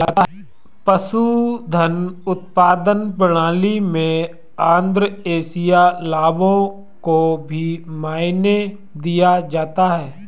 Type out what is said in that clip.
पशुधन उत्पादन प्रणाली में आद्रशिया लाभों को भी मायने दिया जाता है